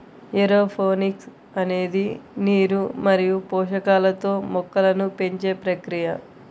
aeroponics అనేది నీరు మరియు పోషకాలతో మొక్కలను పెంచే ప్రక్రియ